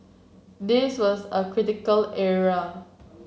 this was a critical error